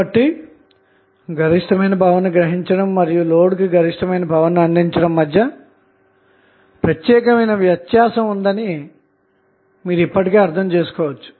కాబట్టి గరిష్టమైన పవర్ ని గ్రహించడం మరియు లోడ్కు గరిష్టమైన పవర్ ని అందించడం మధ్య ప్రత్యేకమైన వ్యత్యాసం ఉందని మీరు ఇప్పుడు అర్థం చేసుకోవచ్చు